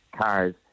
cars